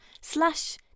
slash